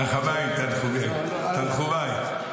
רחמיי, תנחומיי.